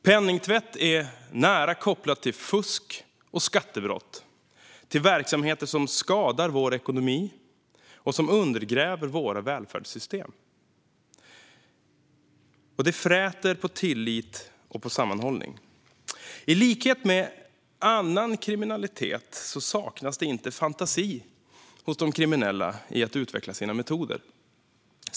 Penningtvätt är nära kopplat till fusk och skattebrott, till verksamheter som skadar vår ekonomi och undergräver våra välfärdssystem. Det fräter på tillit och sammanhållning. I likhet med annan kriminalitet saknas inte fantasi hos de kriminella i att utveckla sina metoder.